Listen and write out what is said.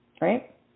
right